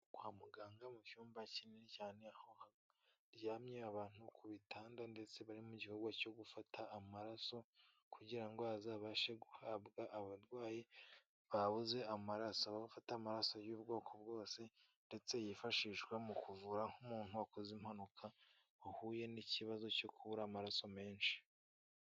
Kwa muganga mu cyumba kinini cyane aho haryamye abantu ku bitanda ndetse bari mu gikorwa cyo gufata amaraso kugira ngo azabashe guhabwa abarwayi babuze amaraso, aho bafata amaraso y'ubwoko bwose ndetse yifashishwa mu kuvura nk'umuntu wakoze impanuka wahuye n'ikibazo cyo kubura amaraso menshi.